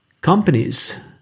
Companies